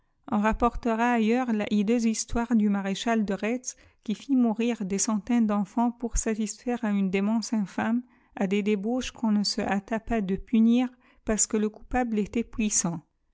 on rapportera ailleurs la hideuse histoire du maréchal de retz qui fit mourir des centaines d'enfants pour satisfaire à une démence infsme à des débauches qu'on ne se hâta pas de punir parce que le coupable était puissant